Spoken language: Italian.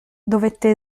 dovette